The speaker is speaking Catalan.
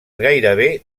gairebé